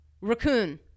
raccoon